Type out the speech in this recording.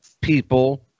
people